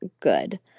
good